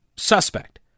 Suspect